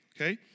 Okay